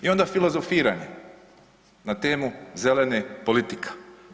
I onda filozofiranje na temu zelenih politika.